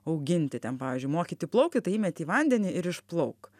auginti ten pavyzdžiui mokyti plaukti tai įmeti į vandenį ir išplauk